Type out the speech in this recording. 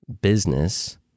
business